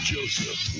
Joseph